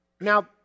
Now